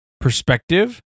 perspective